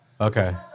Okay